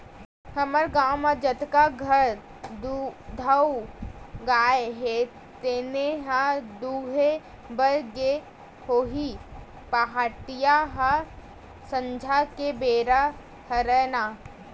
हमर गाँव म जतका घर दुधारू गाय हे तेने ल दुहे बर गे होही पहाटिया ह संझा के बेरा हरय ना